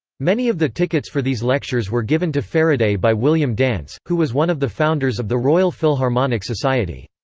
many of the tickets for these lectures were given to faraday by william dance, who was one of the founders of the royal philharmonic society.